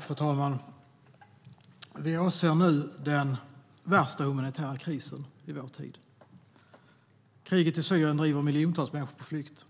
Fru talman! Vi åser nu den värsta humanitära krisen i vår tid. Kriget i Syrien driver miljontals människor på flykt.